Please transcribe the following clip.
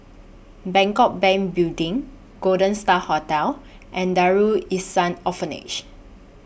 Bangkok Bank Building Golden STAR Hotel and Darul Lhsan Orphanage